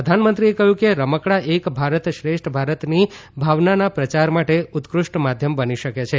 પ્રધાનમંત્રીએ કહ્યું કે રમકડાં એક ભારત શ્રેષ્ઠ ભારતની ભાવનાના પ્રયાર માટે ઉત્કૃષ્ટ માધ્યમ બની શકે છે